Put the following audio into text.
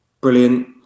Brilliant